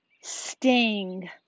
sting